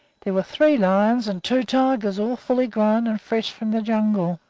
there were three lions and two tigers, all full grown and fresh from the jungle.